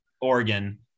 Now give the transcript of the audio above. Oregon –